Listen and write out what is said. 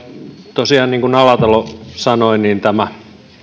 tosiaan niin kuin alatalo sanoi tämä